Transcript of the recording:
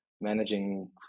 managing